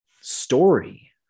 story